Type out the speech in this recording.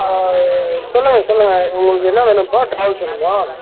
சொல்லுங்கள் சொல்லுங்கள் உங்களுக்கு என்ன வேணும் இப்போது வேணுமா